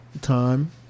time